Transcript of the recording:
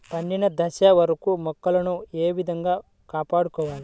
పండిన దశ వరకు మొక్కలను ఏ విధంగా కాపాడుకోవాలి?